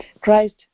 Christ